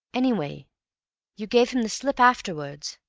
anyway you gave him the slip afterwards!